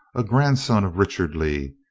a grandson of richard lee,